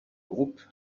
groupe